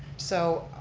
so,